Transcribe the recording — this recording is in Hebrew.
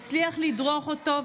הצליח לדרוך אותו,